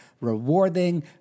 rewarding